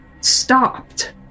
stopped